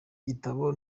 gitabo